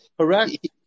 Correct